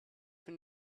been